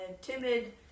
timid